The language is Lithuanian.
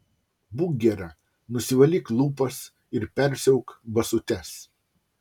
būk gera nusivalyk lūpas ir persiauk basutes